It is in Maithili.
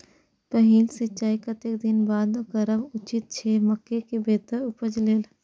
पहिल सिंचाई कतेक दिन बाद करब उचित छे मके के बेहतर उपज लेल?